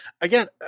again